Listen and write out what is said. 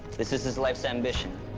this is his life's ambition.